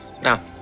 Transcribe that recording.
Now